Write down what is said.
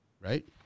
right